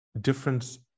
difference